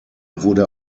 wurde